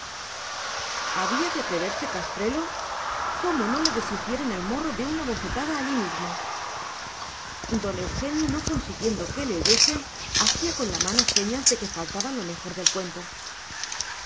había de atreverse castrelo cómo no le deshicieron el morro de una bofetada allí mismo don eugenio no consiguiendo que le oyesen hacía con la mano señas de que faltaba lo mejor del cuento